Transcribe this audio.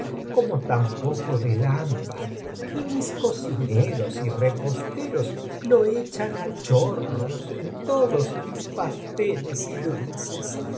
como tampoco del ámbar y mis cocineros y reposteros lo echan á chorros en todos mis pasteles y dulces